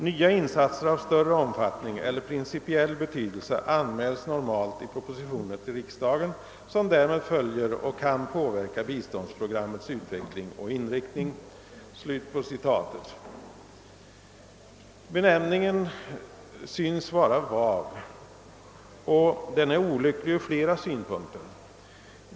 Nya insatser av större omfattning eller principiell betydelse anmäls normalt i propositioner till riksdagen, som därmed följer och kan påverka biståndsprogrammets utveckling och inriktning.» Benämningen synes vara vag, och den är olycklig från flera synpunkter.